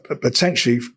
potentially